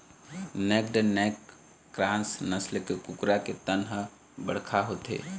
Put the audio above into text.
naked neck cross नसल के कुकरा के तन ह बड़का होथे